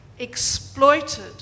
exploited